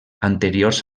anteriors